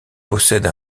possède